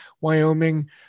Wyoming